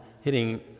hitting